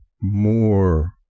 more